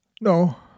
No